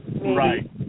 Right